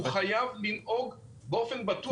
והוא חייב לנהוג באופן בטוח.